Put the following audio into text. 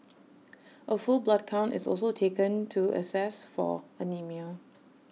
A full blood count is also taken to assess for anaemia